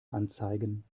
anzeigen